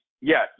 yes